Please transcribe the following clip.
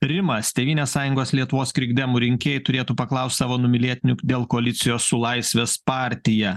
rimas tėvynės sąjungos lietuvos krikdemų rinkėjai turėtų paklaust savo numylėtinių dėl koalicijos su laisvės partija